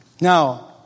Now